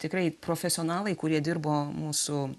tikrai profesionalai kurie dirbo mūsų